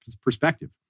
perspective